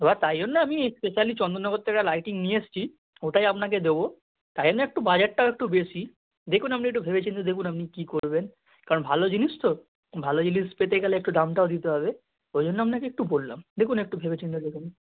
এবার তাই জন্যে আমি ইসস্পেশালি চন্দননগর থেকে লাইটিং নিয়ে এসছি ওটাই আপনাকে দেবো তাই জন্য একটু বাজেটটাও একটু বেশি দেখুন আপনি একটু ভেবে চিনতে দেখুন আপনি কী করবেন কারণ ভালো জিনিস তো ভালো জিনিস পেতে গেলে একটু দামটাও দিতে হবে ওই জন্য আপনাকে একটু বললাম দেখুন একটু ভেবে চিন্তে